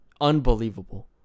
unbelievable